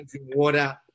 water